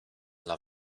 dla